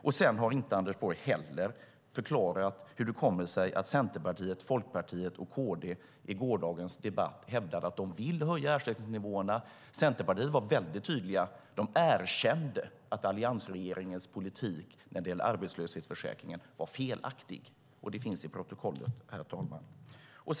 Anders Borg har inte heller förklarat hur det kommer sig att Centerpartiet, Folkpartiet och Kristdemokraterna i gårdagens debatt hävdade att de vill höja ersättningsnivåerna. Centerpartiet var väldigt tydligt. Man erkände att alliansregeringens politik beträffande arbetslöshetsförsäkringen var felaktig. Det står att läsa i protokollet, herr talman.